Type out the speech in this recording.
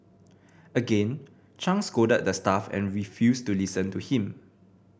again Chang scolded the staff and refused to listen to him